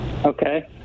Okay